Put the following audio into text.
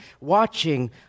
watching